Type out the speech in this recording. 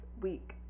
week